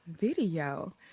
video